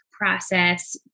process